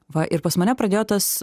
va ir pas mane pradėjo tas